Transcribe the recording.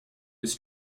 was